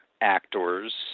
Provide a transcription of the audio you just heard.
actors